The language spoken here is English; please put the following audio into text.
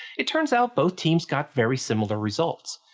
it turns out, both teams got very similar results.